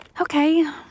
Okay